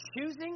choosing